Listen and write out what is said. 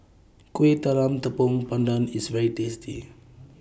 Kueh Talam Tepong Pandan IS very tasty